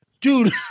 dude